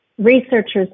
researchers